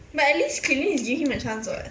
but at least kelene is giving him a chance [what]